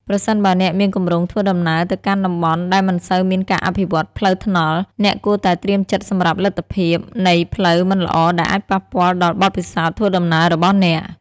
ប្រសិនបើអ្នកមានគម្រោងធ្វើដំណើរទៅកាន់តំបន់ដែលមិនសូវមានការអភិវឌ្ឍផ្លូវថ្នល់ អ្នកគួរតែត្រៀមចិត្តសម្រាប់លទ្ធភាពនៃផ្លូវមិនល្អដែលអាចប៉ះពាល់ដល់បទពិសោធន៍ធ្វើដំណើររបស់អ្នក។